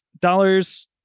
dollars